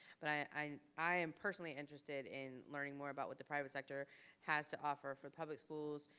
but i i am personally interested in learning more about what the private sector has to offer for public schools,